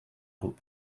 grup